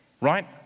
right